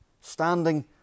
standing